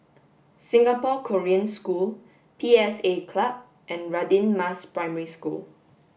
Singapore Korean School P S A Club and Radin Mas Primary School